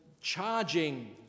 charging